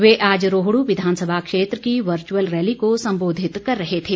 वे आज रोहड् विधानसभा क्षेत्र की वर्च्अल रैली को सम्बोधित कर रहे थे